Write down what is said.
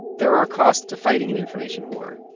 there are costs to fighting an information war.